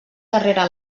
darrere